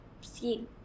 see